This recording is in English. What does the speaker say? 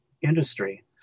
industry